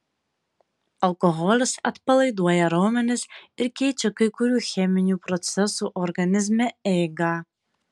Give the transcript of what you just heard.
alkoholis atpalaiduoja raumenis ir keičia kai kurių cheminių procesų organizme eigą